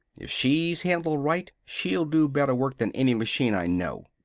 if she's handled right, she'll do better work than any machine i know!